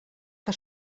que